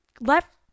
left